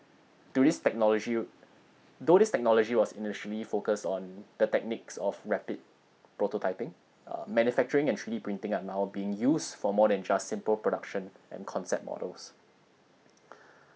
today's technology though this technology was initially focused on the techniques of rapid prototyping uh manufacturing and three D printing are now being used for more than just simple production and concept models